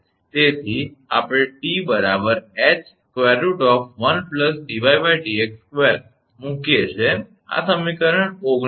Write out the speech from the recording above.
તેથી આપણે 𝑇 𝐻√1 𝑑𝑦𝑑𝑥2 મૂકીએ છીએ આ સમીકરણ 19 છે